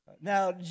Now